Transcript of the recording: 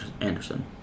Anderson